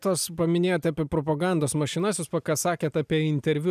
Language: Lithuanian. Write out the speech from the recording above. tuos paminėjote apie propagandos mašinas jūs ką sakėt apie interviu